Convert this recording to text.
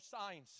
signs